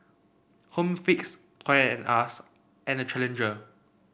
Home Fix Toy and Us and Challenger